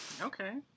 okay